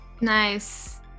nice